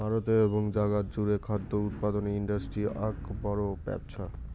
ভারতে এবং জাগাত জুড়ে খাদ্য উৎপাদনের ইন্ডাস্ট্রি আক বড় ব্যপছা